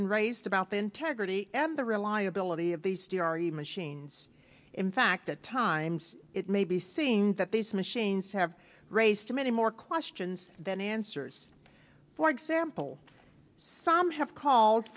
been raised about the integrity and the reliability of these story machines in fact at times it may be seen that these machines have raised many more questions than answers for example some have called